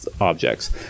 objects